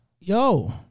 yo